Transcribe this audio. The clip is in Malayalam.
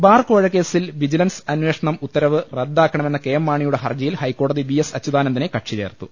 ബാർകോഴ കേസിൽ വിജിലൻസ് അന്വേഷണ ഉത്തരവ് റദ്ദാ ക്കണമെന്ന കെഎം മാണിയുടെ ഹർജിയിൽ ഹൈക്കോടതി വി എസ് അച്യുതാനന്ദനെ കക്ഷി ചേർത്തു